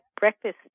breakfast